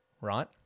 right